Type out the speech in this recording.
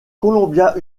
columbia